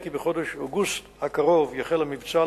מטרת התוכנית שהוגשה על-ידי הקרן לשיקום